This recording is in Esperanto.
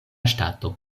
ŝtato